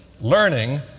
learning